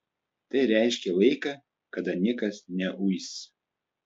tai reiškė laiką kada niekas neuis